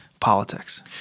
politics